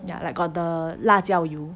ya like got the 辣椒油